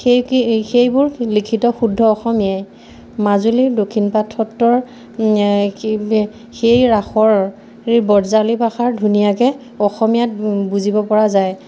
সেই কি সেইবোৰ লিখিত শুদ্ধ অসমীয়াই মাজুলীৰ দক্ষিণপাট সত্ৰৰ সেই ৰাসৰ বজ্ৰাৱলী ভাষাৰ ধুনীয়াকে অসমীয়াত বুজিব পৰা যায়